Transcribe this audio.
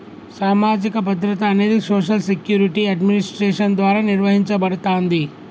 సామాజిక భద్రత అనేది సోషల్ సెక్యూరిటీ అడ్మినిస్ట్రేషన్ ద్వారా నిర్వహించబడతాంది